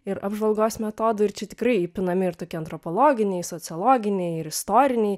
ir apžvalgos metodų ir čia tikrai įpinami ir tokie antropologiniai sociologiniai ir istoriniai